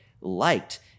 liked